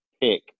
pick